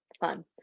Fun